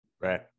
right